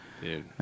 Dude